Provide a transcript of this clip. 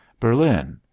berlin,